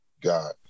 God